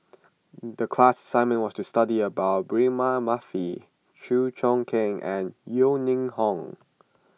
the class assignment was to study about Braema Mathi Chew Choo Keng and Yeo Ning Hong